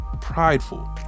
prideful